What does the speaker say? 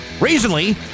Recently